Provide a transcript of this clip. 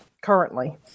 currently